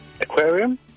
aquarium